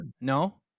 No